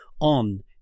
on